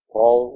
Paul